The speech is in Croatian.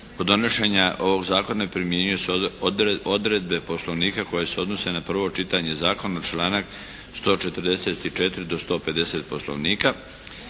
Od donošenja ovog zakona primjenjuju se odredbe Poslovnika koje se odnose na prvo čitanje zakona članak 144. do 150. Poslovnika.